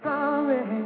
Sorry